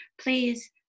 please